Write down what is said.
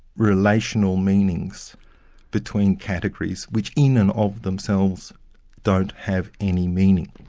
relational meanings between categories, which in and of themselves don't have any meaning.